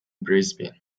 brisbane